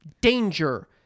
Danger